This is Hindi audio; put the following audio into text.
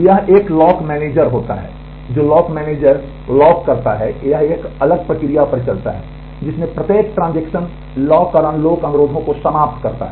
यह एक लॉक मैनेजर होता है जो लॉक मैनेजर को लॉक करता है यह एक अलग प्रक्रिया पर चलता है जिसमें प्रत्येक ट्रांजेक्शन लॉक और अनलॉक अनुरोधों को समाप्त करता है